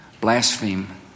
blaspheme